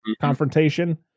confrontation